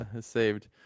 saved